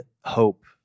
hope